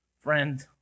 friend